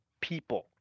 people